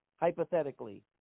hypothetically